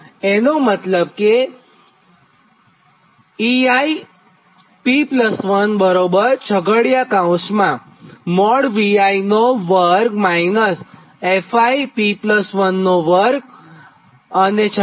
તો તેનો મતલબ કે આ સમીકરણ 19 છે